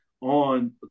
on